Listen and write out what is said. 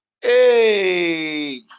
Hey